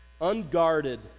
unguarded